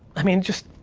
i mean, just,